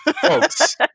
folks